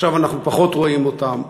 עכשיו אנחנו פחות רואים אותם,